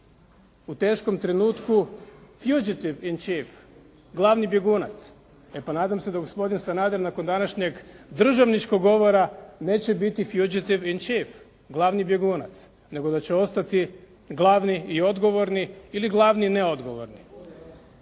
u teškom trenutku fugitive in chief. Glavni bjegunac. E pa nadam se da gospodin Sanader nakon današnjeg državničkog govora neće biti fugitive in chief, glavni bjegunac, nego da će ostati glavni i odgovorni ili glavni neodgovorni.